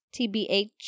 TBH